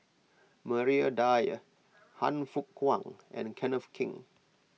Maria Dyer Han Fook Kwang and Kenneth Keng